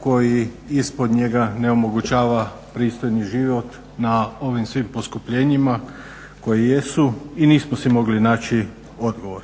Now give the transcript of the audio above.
koji ispod njega ne omogućava pristojni život na ovim svim poskupljenjima koji jesu i nismo si mogli naći odgovor.